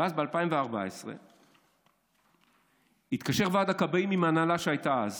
ב-2014 התקשר ועד הכבאים עם ההנהלה שהייתה אז